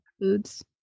foods